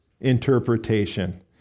interpretation